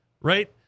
right